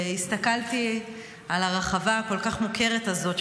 והסתכלתי על הרחבה הכל-כך מוכרת הזאת,